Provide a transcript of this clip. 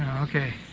Okay